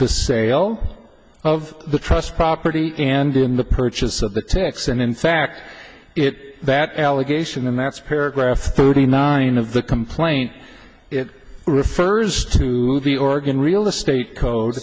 the sale of the trust property and in the purchase of the tax and in fact it that allegation and that's paragraph thirty nine of the complaint it refers to the organ real estate code